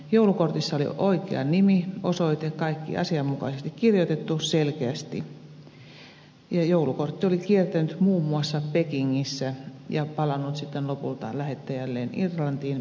joulukortissa oli oikea nimi ja osoite kaikki asianmukaisesti kirjoitettu selkeästi ja joulukortti oli kiertänyt muun muassa pekingissä ja palannut sitten lopulta lähettäjälleen irlantiin